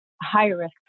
high-risk